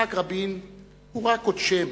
יצחק רבין הוא רק עוד שם,